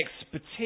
expertise